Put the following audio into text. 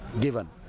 given